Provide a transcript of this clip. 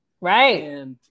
Right